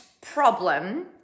problem